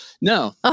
No